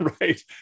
right